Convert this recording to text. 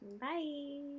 Bye